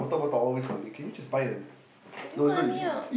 you just go with me ah